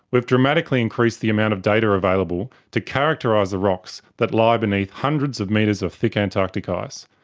we've dramatically increased the amount of data available to characterise the rocks that lie beneath hundreds of metres of thick antarctic ah ice.